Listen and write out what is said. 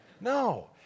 No